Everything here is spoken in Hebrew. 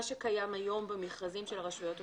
שקיים היום במכרזים של הרשויות המקומיות,